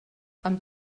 amb